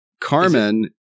Carmen